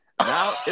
Now